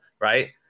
right